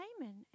Haman